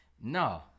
No